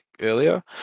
earlier